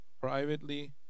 privately